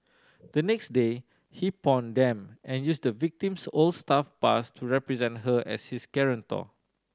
the next day he pawned them and used the victim's old staff pass to represent her as his guarantor